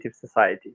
Society